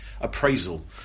appraisal